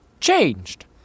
changed